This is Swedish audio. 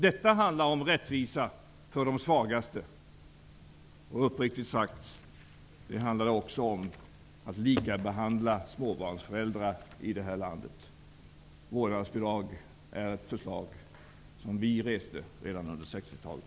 Detta handlar om rättvisa för de svagaste. Uppriktigt sagt: Det handlade också om att likabehandla småbarnsföräldrar i det här landet. Vårdnadsbidrag reste vi förslag om redan under 1960-talet.